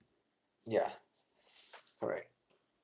ya correct